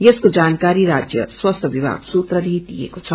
यसको जानकारी राज्य स्वास्सि विभाग सूत्रले दिएको छ